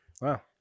Wow